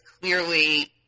clearly